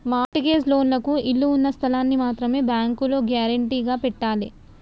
mart gauge లోన్లకు ఇళ్ళు ఉన్న స్థలాల్ని మాత్రమే బ్యేంకులో గ్యేరంటీగా పెట్టాలే